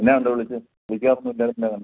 എന്നാ ഉണ്ട് വിളിച്ചേ വിളിക്കാറൊന്നും ഇല്ലാതിരുന്നതാണ്